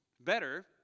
better